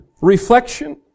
reflection